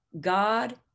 God